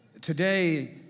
today